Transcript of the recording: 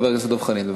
חבר הכנסת דב חנין.